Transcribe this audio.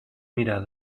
mirar